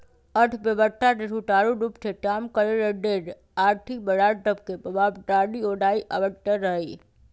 अर्थव्यवस्था के सुचारू रूप से काम करे के लेल आर्थिक बजार सभके प्रभावशाली होनाइ आवश्यक हइ